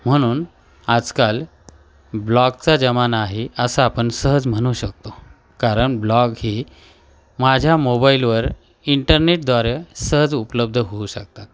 म्हणून आजकाल ब्लॉगचा जमाना आहे असं आपण सहज म्हणू शकतो कारण ब्लॉग ही माझ्या मोबाईलवर इंटरनेटद्वारे सहज उपलब्ध होऊ शकतात